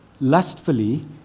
lustfully